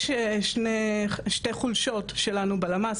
יש שתי חולשות שלנו בלמ"ס,